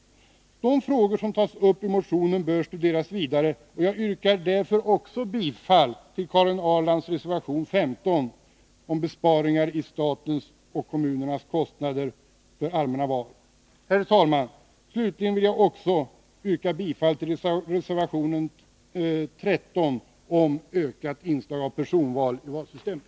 De frågor som tas uppi motionen bör studeras vidare, och jag yrkar därför också bifall till Karin Ahrlands reservation nr 15 om besparingar i statens och kommunernas kostnader för allmänna val. Herr talman! Slutligen vill jag också yrka bifall till reservationen 13 om ökat inslag av personval i valsystemet.